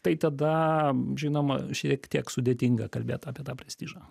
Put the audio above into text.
tai tada žinoma šiek tiek sudėtinga kalbėt apie tą prestižą